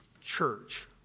church